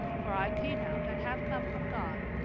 for i came out and have come from god.